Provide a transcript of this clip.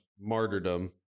martyrdom